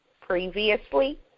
previously